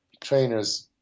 trainers